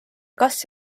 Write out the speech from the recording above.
kas